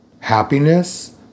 happiness